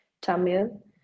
tamil